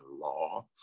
law